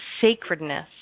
sacredness